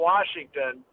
Washington